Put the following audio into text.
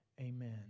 Amen